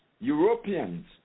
Europeans